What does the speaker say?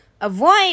Avoid